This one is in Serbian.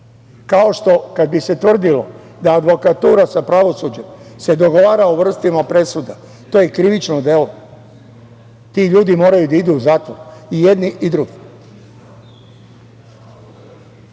Kao što kad bi se tvrdilo da advokatura sa pravosuđem se dogovara o vrsti presuda, to je krivično delo. Ti ljudi moraju da idu u zatvor, i jedni i